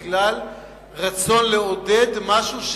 בגלל רצון לעודד משהו,